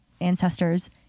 ancestors